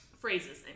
Phrases